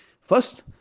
first